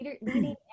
leading